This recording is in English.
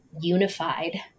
unified